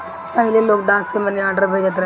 पहिले लोग डाक से मनीआर्डर भेजत रहे